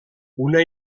una